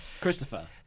Christopher